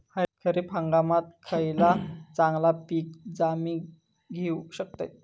खरीप हंगामाक खयला चांगला पीक हा जा मी घेऊ शकतय?